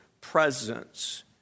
presence